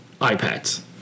iPads